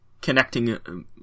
connecting